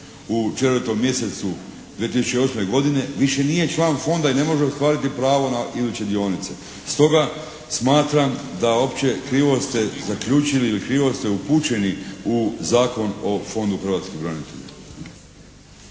u 4 mjesecu 2008. godine više nije član fonda i ne može ostvariti pravo na iduće dionice. Stoga smatram da uopće krivo ste zaključili ili krivo ste upućeni u Zakon o Fondu hrvatskih branitelja.